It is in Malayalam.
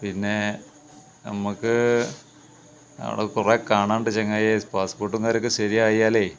പിന്നേ നമുക്ക് അവിടെ കുറെ കാണാന് ഉണ്ട് ചങ്ങായിയെ പാസ്പോർട്ടും കാര്യമൊക്കെ ശരിയായാലേ